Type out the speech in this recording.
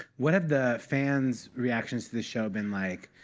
what have the fans' reactions to the show been like?